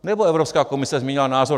Nebo Evropská komise změnila názor?